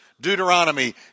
Deuteronomy